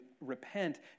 repent